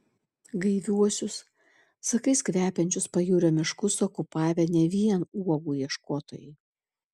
gaiviuosius sakais kvepiančius pajūrio miškus okupavę ne vien uogų ieškotojai